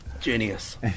genius